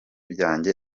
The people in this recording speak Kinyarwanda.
byanjye